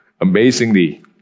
amazingly